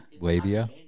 Labia